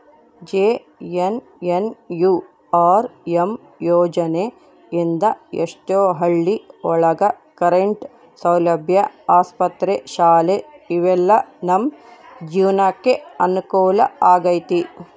JNNURM ಯೋಜನೆ ಇಂದ ಎಷ್ಟೋ ಹಳ್ಳಿ ಒಳಗ ಕರೆಂಟ್ ಸೌಲಭ್ಯ ಆಸ್ಪತ್ರೆ ಶಾಲೆ ಇವೆಲ್ಲ ನಮ್ ಜೀವ್ನಕೆ ಅನುಕೂಲ ಆಗೈತಿ